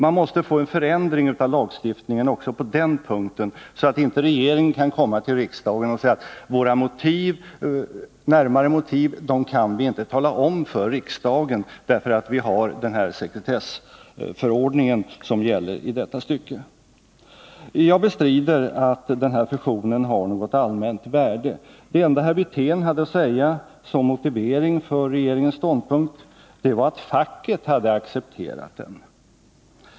En förändring av lagstiftningen måste komma till stånd också på den punkten, så att regeringen inte kan komma till riksdagen och säga: Våra närmare motiv kan vi inte tala om för riksdagen, eftersom sekretessförordningen är tillämplig i detta stycke. Jag bestrider att den aktuella fusionen har något allmänt värde. Det enda herr Wirtén hade att säga som motivering för regeringens ståndpunkt var att facket hade accepterat den.